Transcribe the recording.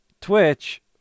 Twitch